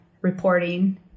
reporting